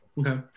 Okay